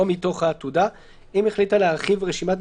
תהיה עתודה אמיתית אחרי 3